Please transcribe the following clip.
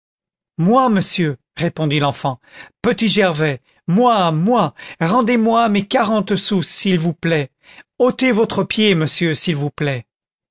moi monsieur répondit l'enfant petit gervais moi moi rendez-moi mes quarante sous s'il vous plaît ôtez votre pied monsieur s'il vous plaît